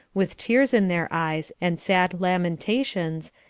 with tears in their eyes, and sad lamentations,